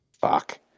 Fuck